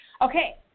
Okay